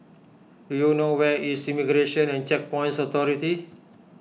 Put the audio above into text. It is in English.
do you know where is Immigration and Checkpoints Authority